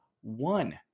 one